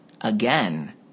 again